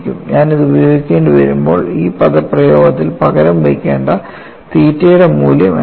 ഞാൻ ഇത് ഉപയോഗിക്കേണ്ടിവരുമ്പോൾ ഈ പദപ്രയോഗത്തിൽ പകരം വയ്ക്കേണ്ട തീറ്റയുടെ മൂല്യം എന്താണ്